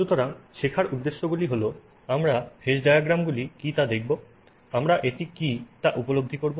সুতরাং শেখার উদ্দেশ্যগুলি হল আমরা ফেজ ডায়াগ্রামগুলি কী তা দেখব আমরা এটি কী তা উপলব্ধি করব